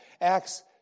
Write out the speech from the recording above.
Acts